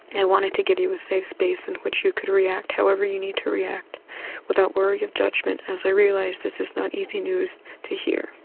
i wanted to give you a safe base in which you could react however you need to react without worry of judgement as i realise this is not easy news to hear.